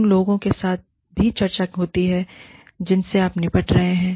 उन लोगों के साथ भी चर्चा होती है जिनसे आप निपट रहे हैं